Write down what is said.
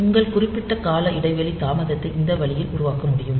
உங்கள் குறிப்பிட்ட கால இடைவெளி தாமதத்தை இந்த வழியில் உருவாக்க முடியும்